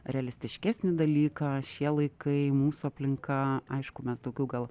realistiškesnį dalyką šie laikai mūsų aplinka aišku mes daugiau gal